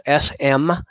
SM